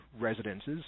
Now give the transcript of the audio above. residences